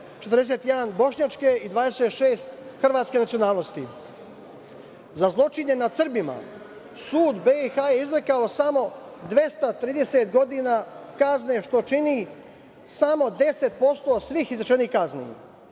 41 bošnjačke i 26 hrvatske nacionalnosti.Za zločine nad Srbima Sud BiH je izrekao samo 230 godina kazne, što čini samo 10% svih izrečenih kazni.